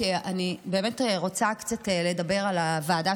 כי אני רוצה לדבר על ישיבת הוועדה